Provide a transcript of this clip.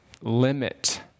limit